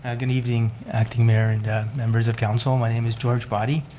ah good evening acting mayor and members of council. my name is george baddy.